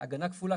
הגנה כפולה.